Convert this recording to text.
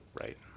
Right